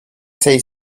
say